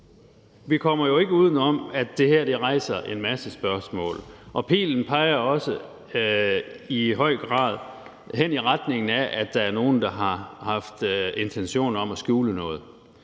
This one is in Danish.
Vi kommer jo ikke uden om, at det her rejser en masse spørgsmål, og pilen peger også i høj grad i retning af, at der er nogen, der har haft intentioner om at skjule noget.